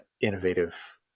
innovative